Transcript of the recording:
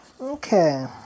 Okay